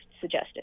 suggested